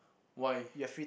why